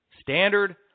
Standard